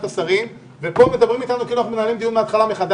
השרים ופה מדברים אתנו כאילו אנחנו מנהלים דיון מחדש.